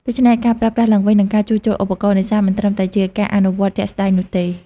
ដូច្នេះ ការប្រើប្រាស់ឡើងវិញ និងការជួសជុលឧបករណ៍នេសាទមិនត្រឹមតែជាការអនុវត្តន៍ជាក់ស្តែងនោះទេ។